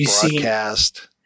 broadcast